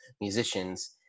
musicians